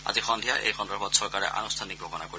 আজি সন্ধিয়া এই সন্দৰ্ভত চৰকাৰে আনুষ্ঠানিক ঘোষণা কৰিব